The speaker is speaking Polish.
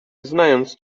znając